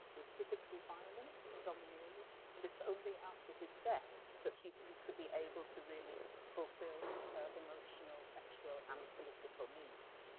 was physically violent and domineering. and it's only after his death that she seems to be able to really fulfil her emotional, sexual and political needs.